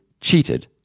cheated